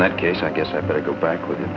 in that case i guess i better go back with